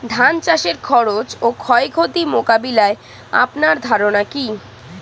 ধান চাষের খরচ ও ক্ষয়ক্ষতি মোকাবিলায় আপনার ধারণা কী?